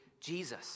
Jesus